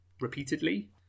repeatedly